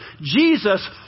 Jesus